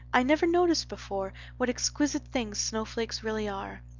i never noticed before what exquisite things snowflakes really are.